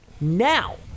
Now